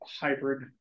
hybrid